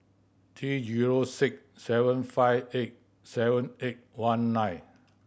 three zero six seven five eight seven eight one nine